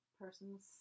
person's